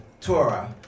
torah